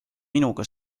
minuga